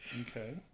Okay